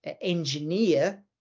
engineer